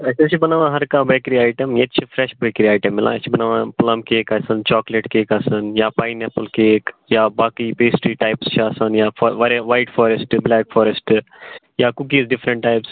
أسہِ حظ چھِ بَناوان ہر کانٛہہ بٮ۪کری آیٹم ییٚتہِ چھِ فرٛٮ۪ش بٮ۪کری ایٹم مِلان أسۍ چھِ بَناوان پٕلَم کیک آسن چاکلیٹ کیک آسَن یا پایِن اٮ۪پٕل کیک یا باقٕے پیسٹرٛی ٹایپٕس چھِ آسان یا واریاہ وایٹ فارٮ۪سٹ بٕلیک فارٮ۪سٹ یا کُکیٖز ڈِفرَنٹ ٹایپٕس